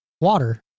Water